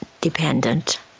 dependent